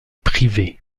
privée